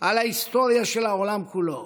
על ההיסטוריה של העולם כולו.